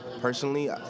personally